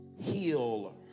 heal